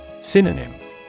Synonym